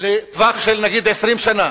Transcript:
לטווח של, נגיד, 20 שנה,